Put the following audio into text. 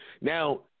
now